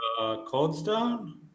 Coldstone